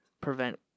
prevent